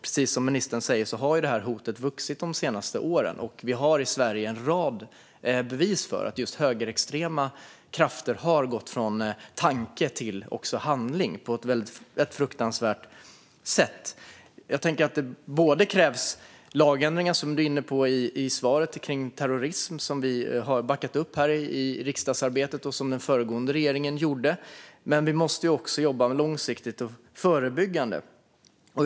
Precis som ministern säger har det hotet vuxit de senaste åren. Vi har i Sverige en rad bevis för att just högerextrema krafter har gått från tanke till handling på ett rätt fruktansvärt sätt. Det krävs lagändringar, som du var inne på i svaret, om terrorism, som vi har backat upp i riksdagsarbetet och som den föregående regeringen gjorde. Men vi måste också jobba långsiktigt och förebyggande.